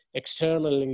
external